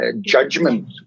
judgment